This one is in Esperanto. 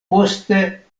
poste